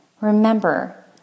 Remember